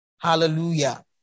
Hallelujah